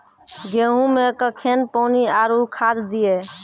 गेहूँ मे कखेन पानी आरु खाद दिये?